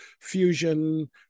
fusion